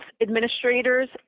administrators